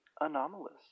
anomalous